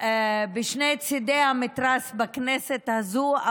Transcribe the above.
בשני צדי המתרס בכנסת הזאת,